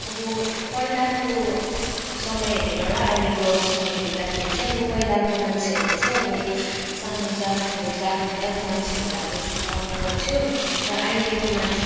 अब पहिलाको समय हेरेर र अहिलेको अब समय हेर्दाखेरि चाहिँ अब पहिलाको मान्छेहरूले चाहिँ अब सानो जात ठुलो जात भन्दै अब मान्छेहरूलाई अब छुट्टाउने गर्थ्यो र अहिलेको मान्छे